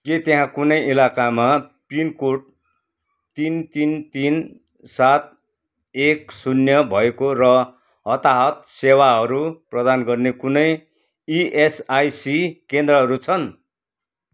के त्यहाँ कुनै इलाकामा पिनकोड तिन तिन तिन सात एक शून्य भएको र हताहत सेवाहरू प्रदान गर्ने कुनै इएसआइसी केन्द्रहरू छन्